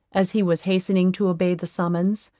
as he was hastening to obey the summons,